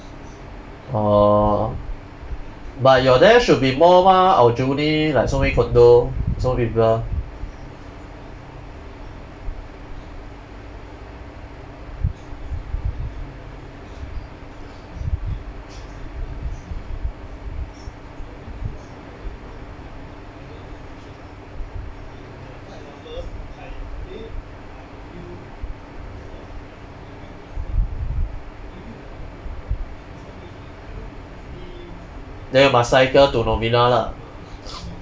orh but your there should be more mah aljunied like so many condo so many people then you must cycle to novena lah